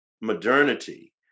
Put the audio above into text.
modernity